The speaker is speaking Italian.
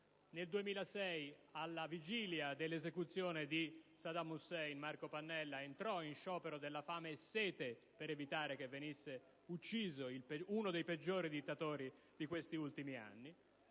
Nel 2006, alla vigilia dell'esecuzione di Saddam Hussein, Marco Pannella entrò in sciopero della fame e sete per evitare che venisse ucciso uno dei peggiori dittatori di questi ultimi anni.